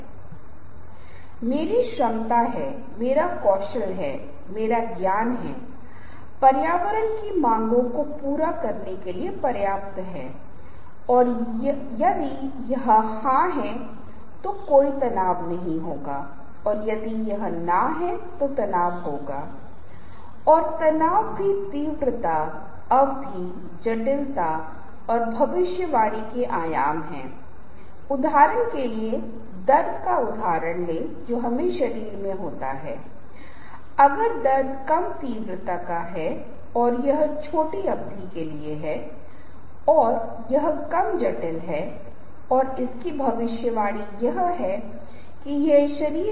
यहां तक कि भोजन का संयोजन जो आप एक रेस्तरां में ऑर्डर करते हैं आपके स्वाद आपकी स्थिति और व्यक्तित्व के बारे में एक संदेश भेजता है और जिस तरह से आप एक प्रस्तुति में चलते हैं जिस तरह से आप देखते हैं जिस तरह से आप अपने चश्मे पहनते हैं जिस तरह से आप अपनी शर्ट और पतलून या स्कर्ट और साड़ी पहनते हैं इन सब चीज़ों से लोग आपके बारे में धारणा बनाते हैं न केवल बोलते हुए बल्कि आपके द्वारा धारण किए जाने वाले अशाब्दिक इशारे और आसन वे बहुत विशिष्ट प्रकार की अलग अलग चीजों को संवाद करेंगे